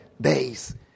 days